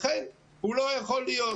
לכן הוא לא יכול להיות.